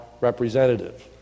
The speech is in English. representative